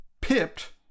Pipped